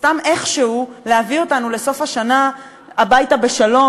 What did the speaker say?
סתם איכשהו להביא אותנו לסוף השנה הביתה בשלום,